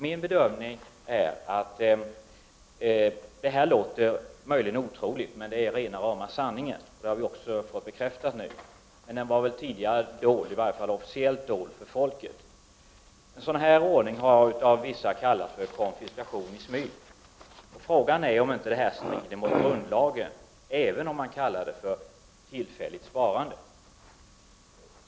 Detta låter möjligen otroligt, men det är rena rama sanningen — det har nu också bekräftats. Sanningen var väl dold, i varje fall officiellt, för folket. En sådan här ordning har av vissa kallats för konfiskation i smyg, och frågan är om inte detta strider mot grundlagen, även om det kallas för tillfälligt sparande.